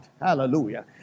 Hallelujah